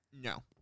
No